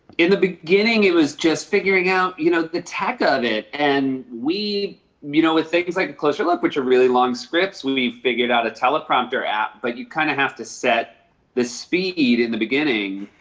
in the beginning it was just figuring out, you know, the tech of it and we you know, with things like a closer look which are really long scripts, we we figured out a teleprompter app, but you kind of have to set the speed in the beginning.